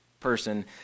person